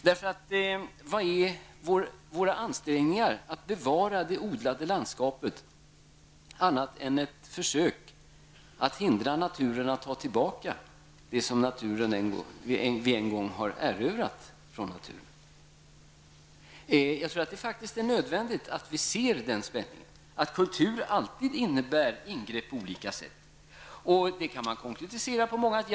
Vad är våra ansträngningar att bevara det odlade landskapet annat än ett försök att hindra naturen att ta tillbaka det som vi en gång har erövrat från naturen? Jag tror faktiskt att det är nödvändigt att vi ser denna spänning, att kultur alltid innebär ingrepp på olika sätt. Det kan konkretiseras på många sätt.